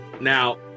now